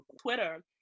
Twitter